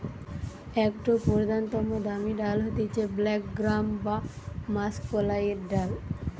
একটো প্রধানতম দামি ডাল হতিছে ব্ল্যাক গ্রাম বা মাষকলাইর ডাল